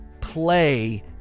play